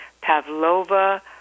Pavlova